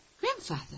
Grandfather